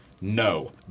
No